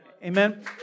Amen